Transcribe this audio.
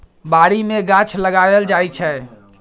बारी मे गाछ लगाएल जाइ छै